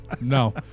No